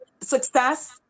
success